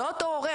לא אותו הורה,